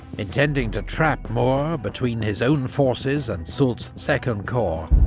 intending to trap moore between his own forces and soult's second corps,